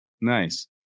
nice